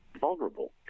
vulnerable